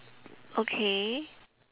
okay